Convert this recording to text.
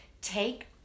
take